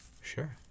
Sure